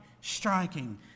striking